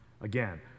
Again